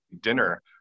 dinner